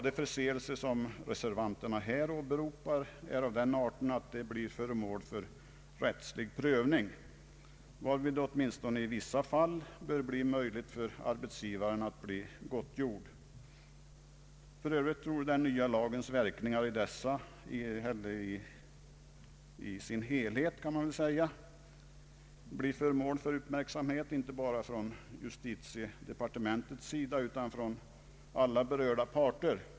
De förseelser som reservanterna här åberopar är av den arten att de blir föremål för rättslig prövning, varvid det åtminstone i vissa fall bör bli möjligt för arbetsgivaren att bli gottgjord. För övrigt torde den nya lagens verkningar i sin helhet bli föremål för uppmärksamhet inte bara av justitiedepartementet utan även av alla berörda parter.